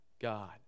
God